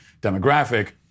demographic